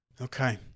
Okay